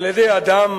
על-ידי אדם